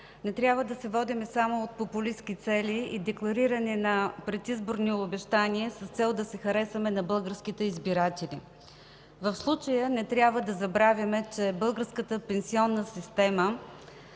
не трябва да се водим само от популистки цели и деклариране на предизборни обещания с цел да се харесаме на българските избиратели. В случая не трябва да забравяме, че българската пенсионна система